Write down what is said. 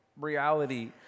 reality